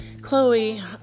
Chloe